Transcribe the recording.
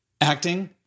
acting